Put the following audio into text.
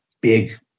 big